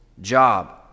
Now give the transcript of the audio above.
job